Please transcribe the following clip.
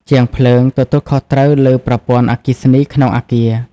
ជាងភ្លើងទទួលខុសត្រូវលើប្រព័ន្ធអគ្គិសនីក្នុងអគារ។